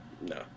No